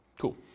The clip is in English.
Cool